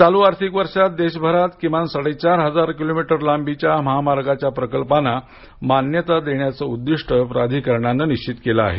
चालू आर्थिक वर्षात देशभरात मिळून किमान साडेचार हजार किलो मीटर लांबीच्या महामार्गांच्या प्रकल्पाना मान्यता देण्याचं उद्दिष्ट प्राधिकरणाने निश्चित केलं आहे